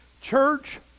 Church